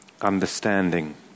understanding